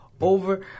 over